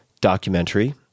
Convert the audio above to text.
documentary